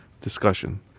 discussion